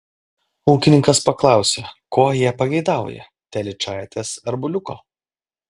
ūkininkas paklausė ko jie pageidaują telyčaitės ar buliuko